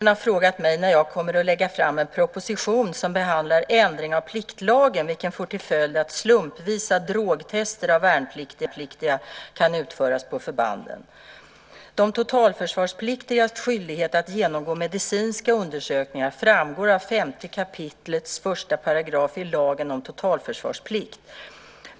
Fru talman! Else-Marie Lindgren har frågat mig när jag kommer att lägga fram en proposition som behandlar ändring av pliktlagen vilken får till följd att slumpvisa drogtester av värnpliktiga kan utföras på förbanden. De totalförsvarspliktigas skyldighet att genomgå medicinska undersökningar framgår av 5 kap. 1 § lagen om totalförsvarsplikt.